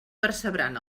percebran